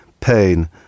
pain